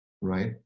Right